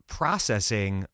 processing